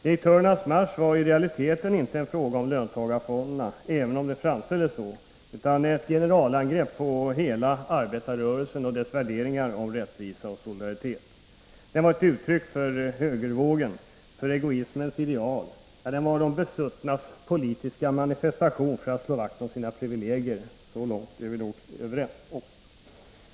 Direktörernas marsch gällde i realiteten inte löntagarfonderna, även om det har framställts så, utan var ett generalangrepp på hela arbetarrörelsen och dess värderingar om rättvisa och solidaritet. Den var ett uttryck för högervågen, för egoismens ideal. Den var de besuttnas politiska manifestation för att slå vakt om sina privilegier. Så långt är vi nog överens.